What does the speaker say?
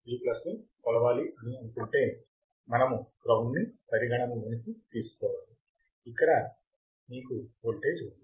V ని కొలవాలి అని అనుకుంటే మనము గ్రౌండ్ ని పరిగణనలోకి తీసుకోవాలి మీకు ఇక్కడ వోల్టేజ్ ఉంది